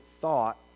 thought